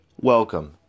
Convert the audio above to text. Welcome